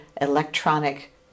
electronic